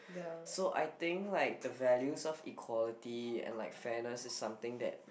so I think like the values of equality and like fairness is something that